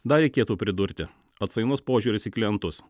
dar reikėtų pridurti atsainus požiūris į klientus